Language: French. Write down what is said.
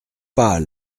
pas